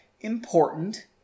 important